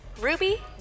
Ruby